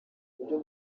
buryo